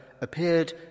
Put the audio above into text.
appeared